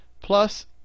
plus